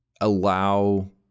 allow